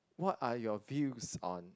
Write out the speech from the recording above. what are your views on